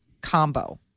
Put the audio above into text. combo